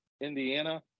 Indiana